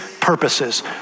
purposes